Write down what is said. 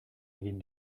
egin